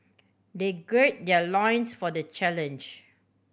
they gird their loins for the challenge